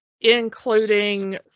including